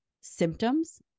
symptoms